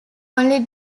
only